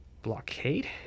blockade